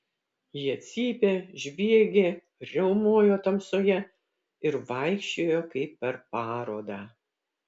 jie cypė žviegė riaumojo tamsoje ir vaikščiojo kaip per parodą